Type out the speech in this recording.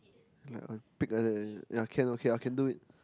like I pig like that yea can okay I can do it